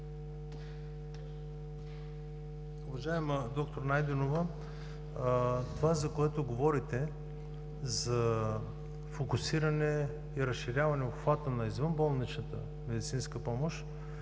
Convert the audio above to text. Уважаема д р Найденова, това, за което говорите, за фокусиране и разширяване обхвата на извънболничната медицинска помощ, е